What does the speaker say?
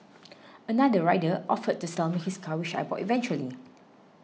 another rider offered to sell me his car which I bought eventually